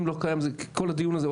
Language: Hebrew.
אם לא קיים כל הדיון הזה,